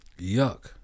Yuck